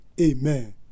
Amen